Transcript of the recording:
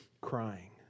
crying